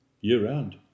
year-round